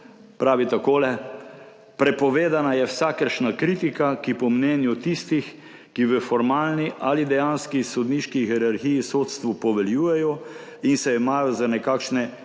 Pravi takole: Prepovedana je vsakršna kritika, ki po mnenju tistih, ki v formalni ali dejanski sodniški hierarhiji sodstvu poveljujejo in se imajo za nekakšne